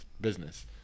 business